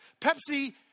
Pepsi